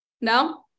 No